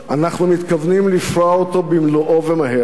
ואנחנו מתכוונים לפרוע אותו במלואו, ומהר.